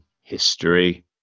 history